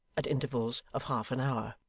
at intervals of half an hour.